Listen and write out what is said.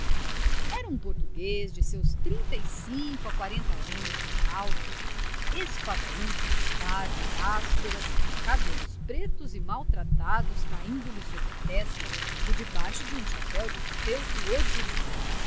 era um português de seus trinta e cinco a quarenta anos alto espadaúdo barbas ásperas cabelos pretos e maltratados caindo-lhe sobre a testa por debaixo de um chapéu de feltro ordinário